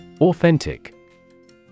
Authentic